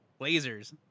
Lasers